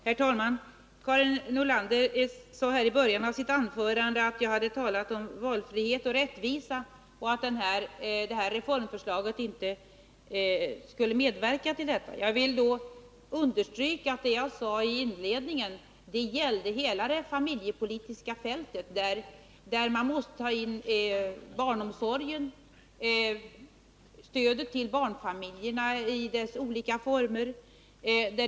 Herr talman! Karin Nordlander sade i början av sitt anförande att jag hade talat om valfrihet och rättvisa och att den reform som nu förslås inte skulle medverka till detta. Jag vill då understryka att det jag sade i inledningen gällde hela det familjepolitiska fältet, där man måste ta in barnomsorgen och stödet till barnfamiljerna i dess olika former.